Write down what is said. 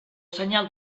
senyal